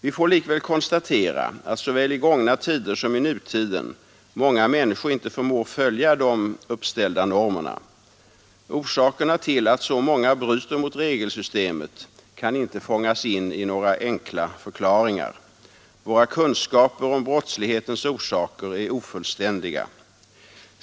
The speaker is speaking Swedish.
Vi får likväl konstatera att såväl i gångna tider som i nutiden många människor inte förmår följa de uppställda normerna. Orsakerna till att så många bryter mot regelsystemet kan inte fångas in i enkla förklaringar. Våra kunskaper om brottslighetens orsaker är ofullständiga.